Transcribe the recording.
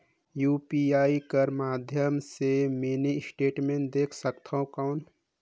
UPI कर माध्यम से मिनी स्टेटमेंट देख सकथव कौन?